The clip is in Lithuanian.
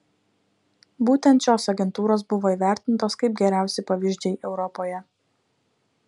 būtent šios agentūros buvo įvertintos kaip geriausi pavyzdžiai europoje